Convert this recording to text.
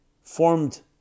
formed